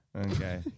Okay